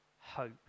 hope